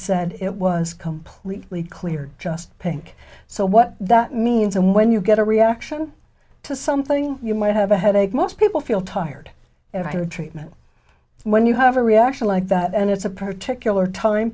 said it was completely clear just pink so what that means and when you get a reaction to something you might have a headache most people feel tired after the treatment when you have a reaction like that and it's a particular time